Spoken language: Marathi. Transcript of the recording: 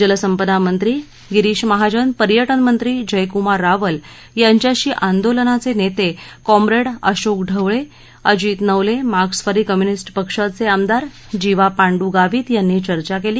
जलसंपदा मंत्री गिरीश महाजन पर्यटन मंत्री जयकुमार रावल यांच्याशी आंदोलनाचे नेते कॉप्रेड अशोक ढवळे अजित नवले मार्क्सवादी कम्युनिस्ट पक्षाचे आमदार जीवा पांडू गावित यांनी चर्चा केली